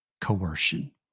coercion